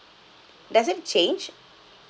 does it change